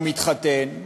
הוא מתחתן,